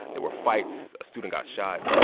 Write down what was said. there were fights. a student got shot.